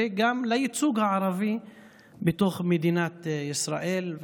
וגם לייצוג הערבי בתוך מדינת ישראל.